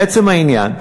לעצם העניין,